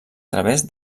través